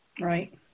Right